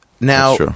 Now